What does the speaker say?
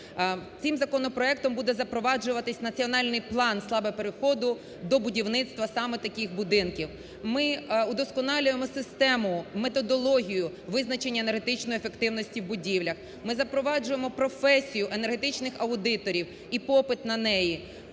Цим законопроектом буде запроваджуватися національний план саме переходу до будівництва саме таких будинків. Ми удосконалюємо систему, методологію, визначення енергетичної ефективності в будівлях, ми запроваджуємо професію енергетичних аудиторів і попит на неї.